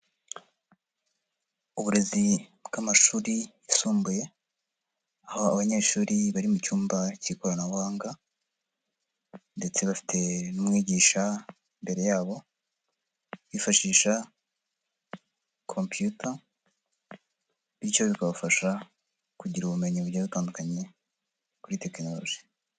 Uburezi bw'amashuri yisumbuye, aho abanyeshuri bari mu cyumba k'ikoranabuhanga ndetse bafite n'umwigisha imbere yabo, yifashisha kompiyuta, bityo bikabafasha kugira ubumenyi bugiye butandukanye kuri tekinoloji.